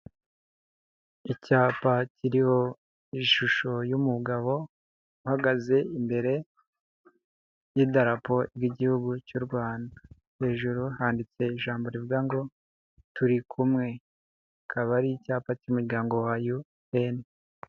Icyapa kiriho ishusho y'umugabo uhagaze imbere y'idarapo ry'Igihugu cy'u Rwanda, hejuru handitse ijambo rivuga ngo: "Turi kumwe," akaba ari icyapa cy'umuryango wa UN.